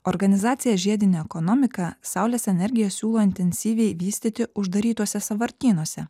organizacija žiedinė ekonomika saulės energiją siūlo intensyviai vystyti uždarytuose sąvartynuose